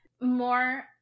more